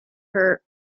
her